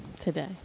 Today